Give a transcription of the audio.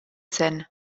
zen